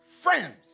friends